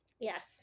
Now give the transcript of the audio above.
Yes